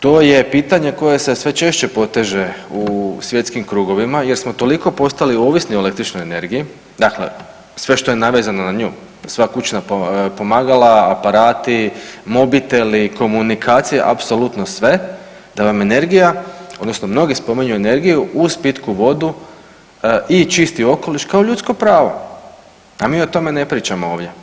To je pitanje koje se sve češće poteže u svjetskim krugovima jer smo toliko postali ovisni o električnoj energiji, dakle sve što je navezano na nju, sva kućna pomagala, aparati, mobiteli, komunikacija apsolutno sve da vam energija odnosno mnogi spominju energiju uz pitku vodu i čisti okoliš kao ljudsko pravo, a mi o tome ne pričamo ovdje.